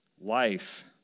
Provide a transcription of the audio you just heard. life